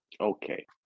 Okay